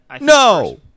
No